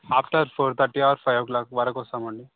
after four thirty or five o'clock వరకు వస్తాము అండి